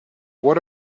what